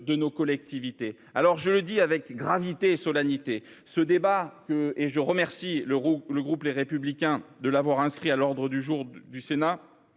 nos collectivités sont confrontées. Je le dis avec gravité et solennité : ce débat, que je remercie le groupe Les Républicains d'avoir inscrit à l'ordre du jour du Sénat,